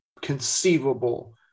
conceivable